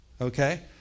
okay